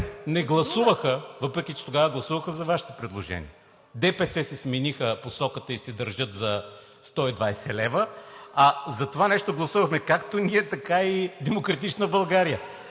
не гласуваха, въпреки че тогава гласуваха за Вашето предложение. ДПС си смениха посоката и си държат 120 лв., а затова нещо гласувахме както ние, така и „Демократична България“.